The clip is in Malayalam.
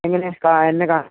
എങ്ങനെ കാ എന്നെ കാണാൻ